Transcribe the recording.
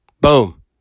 boom